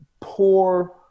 poor